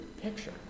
picture